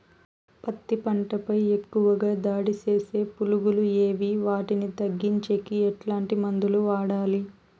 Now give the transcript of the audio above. పత్తి పంట పై ఎక్కువగా దాడి సేసే పులుగులు ఏవి వాటిని తగ్గించేకి ఎట్లాంటి మందులు వాడాలి?